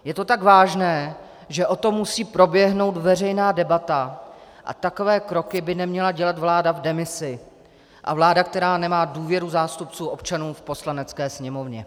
Je to tak vážné, že o tom musí proběhnout veřejná debata, a takové kroky by neměla dělat vláda v demisi a vláda, která nemá důvěru zástupců občanů v Poslanecké sněmovně.